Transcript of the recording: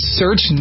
search